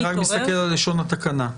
אני רק מסתכל על לשון התקנה.